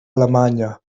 alemanya